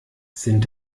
sind